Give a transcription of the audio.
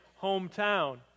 hometown